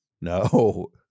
No